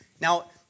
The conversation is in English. Now